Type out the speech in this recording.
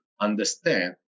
understand